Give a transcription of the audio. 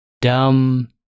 dumb